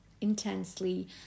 intensely